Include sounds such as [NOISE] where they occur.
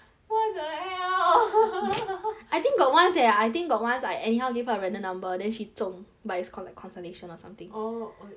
what the hell [LAUGHS] I think got once eh I think got once I anyhow give her a random number then she 中 but it's collec~ consolation or something orh